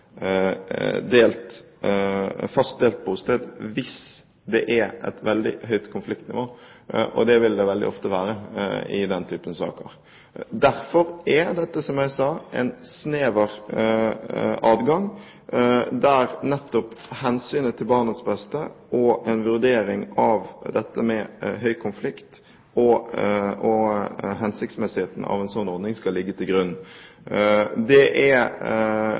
delt bosted hvis det er et veldig høyt konfliktnivå. Det vil det veldig ofte være i denne type saker. Derfor er dette, som jeg sa, en snever adgang, der nettopp hensynet til barnets beste og vurderingen av høy konflikt og hensiktsmessigheten av en slik ordning skal ligge til grunn. Det er